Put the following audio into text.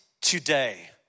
today